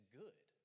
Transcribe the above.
good